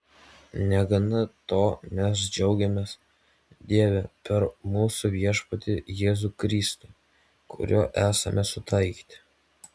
negana to mes džiaugiamės dieve per mūsų viešpatį jėzų kristų kuriuo esame sutaikyti